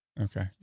Okay